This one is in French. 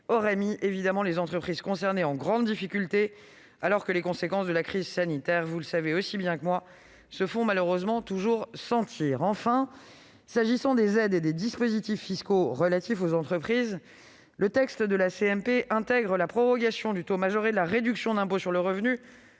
aurait mis les entreprises concernées en grande difficulté, alors que les conséquences de la crise sanitaire se font toujours sentir. Enfin, s'agissant des aides et des dispositifs fiscaux relatifs aux entreprises, le texte de la CMP intègre la prorogation du taux majoré de la réduction d'impôt sur le revenu